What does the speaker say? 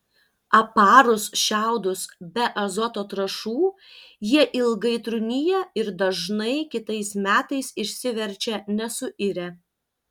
aparus šiaudus be azoto trąšų jie ilgai trūnija ir dažnai kitais metais išsiverčia nesuirę